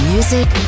Music